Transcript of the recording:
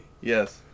Yes